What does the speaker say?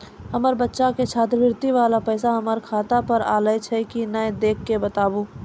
हमार बच्चा के छात्रवृत्ति वाला पैसा हमर खाता पर आयल छै कि नैय देख के बताबू?